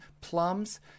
plums